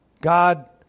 God